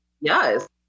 yes